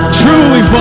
truly